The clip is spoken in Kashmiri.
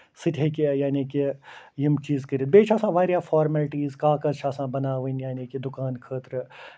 سُہ تہِ ہیٚکہِ یعنی کہِ یِم چیٖز کٔرِتھ بیٚیہِ چھُ آسان واریاہ فارمٮ۪لٹیٖز کاغز چھِ آسان بَناوٕنۍ یعنی کہِ دُکان خٲطرٕ